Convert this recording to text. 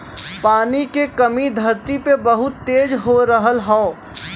पानी के कमी धरती पे बहुत तेज हो रहल हौ